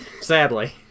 Sadly